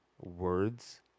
words